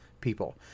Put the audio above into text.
people